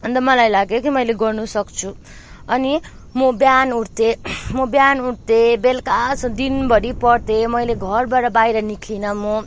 अन्त मलाई लाग्यो कि मैले गर्नसक्छु अनि म बिहान उठ्थेँ म बिहान उठ्थेँ बेलुकासम्म दिनभरि पढ्थेँ मैले घरबाट बाहिर निस्किनँ म